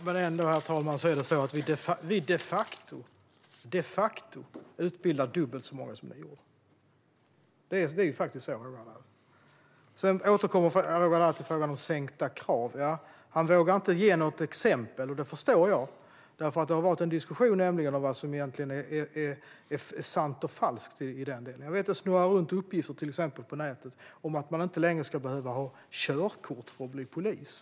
Herr talman! Ändå är det de facto så att vi utbildar dubbelt så många som Alliansen gjorde. Det är faktiskt så, Roger Haddad. Roger Haddad återkommer till frågan om sänkta krav. Han vågar inte ge något exempel, och det förstår jag, för det har varit en diskussion om vad som egentligen är sant och falskt. På nätet snurrar det till exempel runt uppgifter om att man inte längre ska behöva ha körkort för att bli polis.